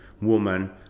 woman